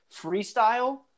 freestyle